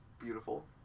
beautiful